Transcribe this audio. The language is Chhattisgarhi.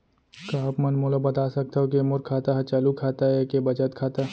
का आप मन मोला बता सकथव के मोर खाता ह चालू खाता ये के बचत खाता?